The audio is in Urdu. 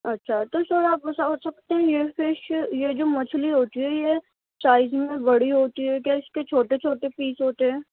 اچھا تو سر آپ بتا سکتے ہیں یہ فش یہ جو مچھلی ہوتی ہے یہ سائز میں بڑی ہوتی ہے کہ اس کے چھوٹے چھوٹے پیس ہوتے ہیں